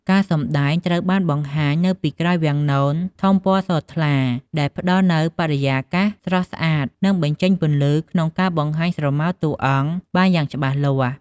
ការសម្តែងត្រូវបានបង្ហាញនៅពីក្រោយវាំងននធំពណ៌សថ្លា ដែលផ្ដល់នូវបរិយាកាសស្រស់ស្អាត និងបញ្ចេញពន្លឺក្នុងការបង្ហាញស្រមោលតួអង្គបានយ៉ាងច្បាស់លាស់ ។